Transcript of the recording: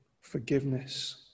forgiveness